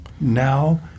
now